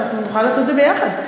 אנחנו נוכל לעשות את זה ביחד.